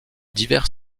divers